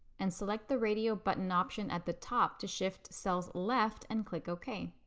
and select the radio button option at the top to shift cells left and click ok.